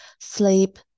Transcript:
sleep